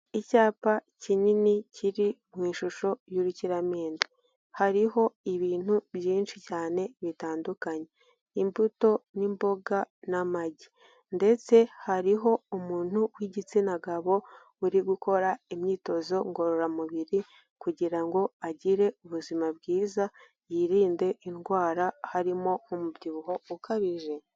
Icyapa kinini kiri mu ishusho y'ubukiramende. Hariho ibintu byinshi cyane bitandukanye. Imbuto, n'imboga, n'amagi. Ndetse hariho umuntu w'igitsina gabo, uri gukora imyitozo ngororamubiri, kugira ngo agire ubuzima bwiza, yirinde indwara harimo umubyibuho ukabije.